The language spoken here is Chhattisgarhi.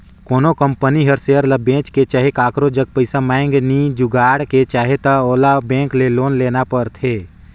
कोनो कंपनी हर सेयर ल बेंच के चहे काकरो जग मांएग के पइसा नी जुगाड़ के चाहे त ओला बेंक ले लोन लेना परथें